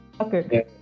Okay